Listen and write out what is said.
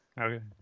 Okay